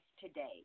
today